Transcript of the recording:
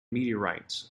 meteorites